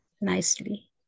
nicely